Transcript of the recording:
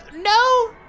No